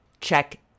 check